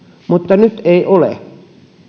mutta nyt ei ole